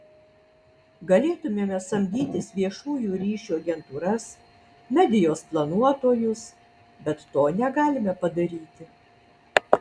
galėtumėme samdytis viešųjų ryšių agentūras medijos planuotojus bet to negalime padaryti